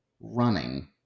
running